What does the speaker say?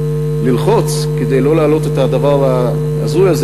ללחוץ כדי לא להעלות את הדבר ההזוי הזה,